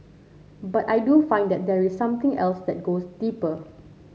but I do find that there is something else that goes deeper